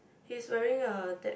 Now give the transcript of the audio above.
he's wearing a deck